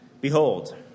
Behold